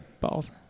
balls